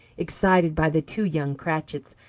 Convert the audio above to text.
excited by the two young cratchits,